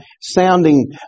sounding